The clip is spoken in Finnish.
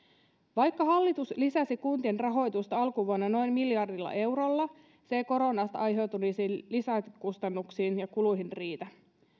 vaikka hallitus lisäsi kuntien rahoitusta alkuvuonna noin miljardilla eurolla se ei koronasta aiheutuneisiin lisäkustannuksiin ja kuluihin riitä